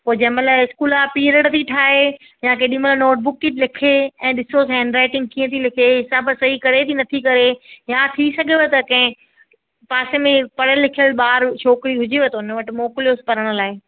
पोइ जंहिं महिल स्कूल जा पिरड बि ठाहे या केॾीमहिल नोटबुक थी लिखे ऐं ॾिसोसि हैंड राइटिंग कीअं थी लिखे हिसाबु सही करे की नथी करे या थी सघेव त कंहिं पासे में पढ़ियलु लिखियलु ॿारु छोकिरी हुजेव त हुन वटि मोकिलियोसि पढ़ण लाइ